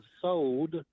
sold